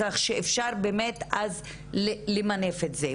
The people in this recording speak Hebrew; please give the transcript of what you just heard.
כך אפשר באמת למנף את זה.